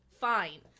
fine